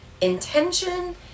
intention